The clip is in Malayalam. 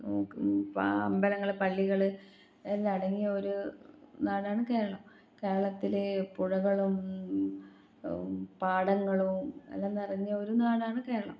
അമ്പലങ്ങൾ പള്ളികൾ എല്ലാം അടങ്ങിയ ഒരു നാടാണ് കേരളം കേരളത്തിലെ പുഴകളും പാടങ്ങളും എല്ലാം നിറഞ്ഞൊരു നാടാണ് കേരളം